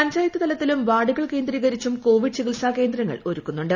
പഞ്ചായത്ത് തലത്തിലും വാർഡുകൾ കേന്ദ്രീകരിച്ചും കോവിഡ് ചികിത്സാ കേന്ദ്രങ്ങൾ ഒരുക്കുന്നുണ്ട്